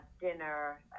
dinner